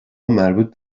مربوط